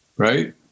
Right